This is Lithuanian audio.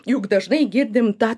juk dažnai girdim tą